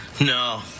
No